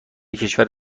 کشور